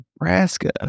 Nebraska